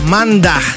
Manda